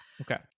okay